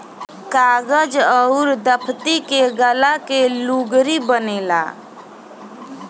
कागज अउर दफ़्ती के गाला के लुगरी बनेला